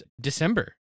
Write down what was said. December